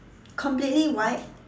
completely white